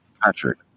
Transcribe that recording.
Patrick